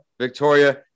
Victoria